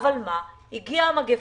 אבל הגיעה המגפה,